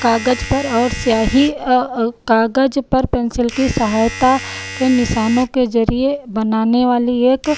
कागज पर और स्याही कागज पर पेन्सिल की सहायता के निशानों के ज़रिये बनाने वाली एक